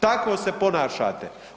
Tako se ponašate.